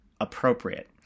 appropriate